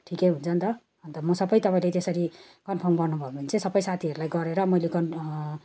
ठिकै हुन्छ नि त अनि म सबै तपाईँलाई त्यसरी कन्फर्म गर्नुभयो भने चाहिँ सबै साथीहरूलाई गरेर मैले